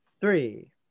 three